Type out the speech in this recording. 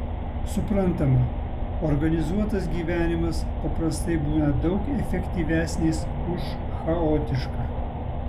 suprantama organizuotas gyvenimas paprastai būna daug efektyvesnis už chaotišką